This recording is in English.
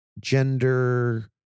gender